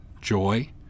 joy